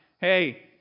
hey